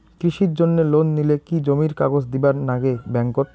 কৃষির জন্যে লোন নিলে কি জমির কাগজ দিবার নাগে ব্যাংক ওত?